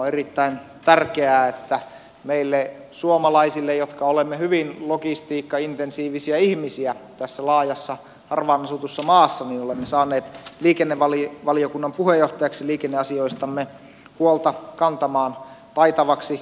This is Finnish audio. on erittäin tärkeää että me suomalaiset jotka olemme hyvin logistiikkaintensiivisiä ihmisiä tässä laajassa harvaan asutussa maassa olemme saaneet liikennevaliokunnan puheenjohtajaksi liikenneasioistamme huolta kantamaan taitavaksi tunnetun edustajan